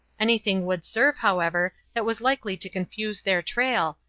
anything would serve, however, that was likely to confuse their trail,